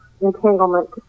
entanglement